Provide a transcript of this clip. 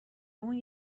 اون